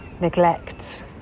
neglect